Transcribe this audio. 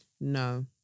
No